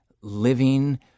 living